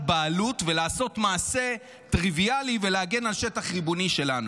בעלות ולעשות מעשה טריוויאלי ולהגן על שטח ריבוני שלנו.